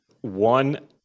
one